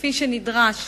כפי שנדרש